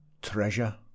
treasure